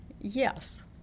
Yes